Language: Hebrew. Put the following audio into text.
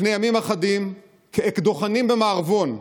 לפני ימים אחדים, כאקדוחנים במערבון,